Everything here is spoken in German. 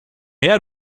her